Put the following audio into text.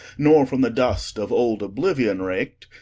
nor from the dust of old obliuion rakt,